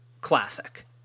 classic